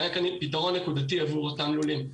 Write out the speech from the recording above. היה כאן יתרון נקודתי עבור אותם לולים.